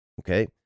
Okay